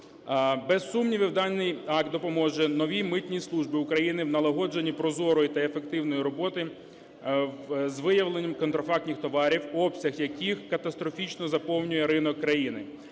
Без сумнівів, даний акт допоможе новій Митній службі України в налагодженні прозорої та ефективної роботи з виявлення контрафактних товарів, обсяг яких катастрофічно заповнює ринок країни.